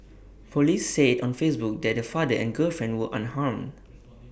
Police said on Facebook that the father and girlfriend were unharmed